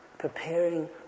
preparing